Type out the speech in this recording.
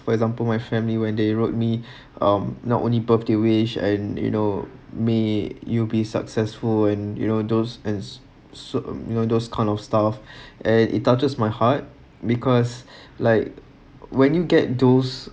for example my family when they wrote me um not only birthday wish and you know may you be successful and you know those and so you know those kind of stuff and it touches my heart because like when you get those